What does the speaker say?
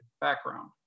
background